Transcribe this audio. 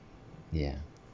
yeah